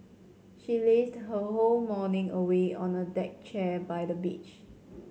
she lazed her whole morning away on a deck chair by the beach